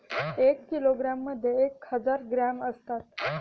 एक किलोग्रॅममध्ये एक हजार ग्रॅम असतात